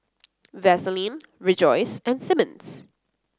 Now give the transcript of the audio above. Vaseline Rejoice and Simmons